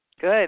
good